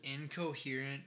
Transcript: incoherent